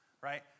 right